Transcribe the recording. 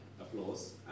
applause